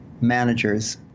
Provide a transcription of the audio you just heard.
managers